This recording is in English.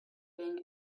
being